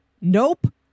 Nope